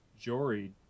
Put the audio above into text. Jory